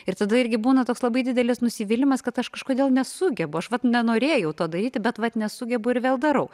ir tada irgi būna toks labai didelis nusivylimas kad aš kažkodėl nesugebu aš vat nenorėjau to daryti bet vat nesugebu ir vėl darau